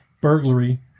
burglary